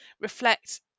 reflect